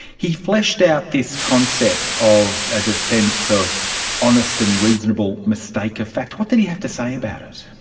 he fleshed out this concept of a defence of honest and reasonable mistake of fact. what did he have to say about it?